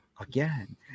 again